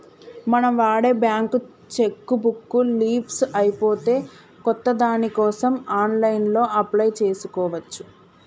మనం వాడే bank cheque book leafs అయిపోతే కొత్త దానికోసం ఆన్లైన్లో అప్లై చేసుకోవచ్చు